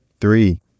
Three